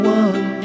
one